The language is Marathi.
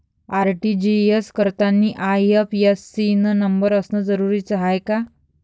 आर.टी.जी.एस करतांनी आय.एफ.एस.सी न नंबर असनं जरुरीच हाय का?